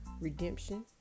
redemption